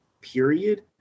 period